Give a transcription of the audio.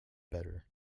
better